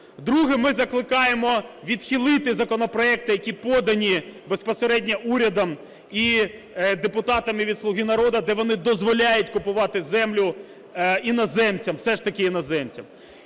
друге – ми закликаємо відхилити законопроекти, які подані безпосередньо урядом і депутатами від "Слуги народу", де вони дозволяють купувати землю іноземцям, все ж таки іноземцям.